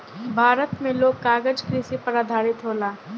भारत मे लोग कागज कृषि पर आधारित होला